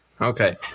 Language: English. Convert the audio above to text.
okay